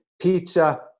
pizza